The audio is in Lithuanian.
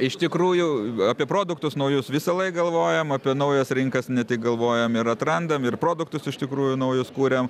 iš tikrųjų apie produktus naujus visąlaik galvojam apie naujas rinkas ne tik galvojam ir atrandam ir produktus iš tikrųjų naujus kuriam